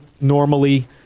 normally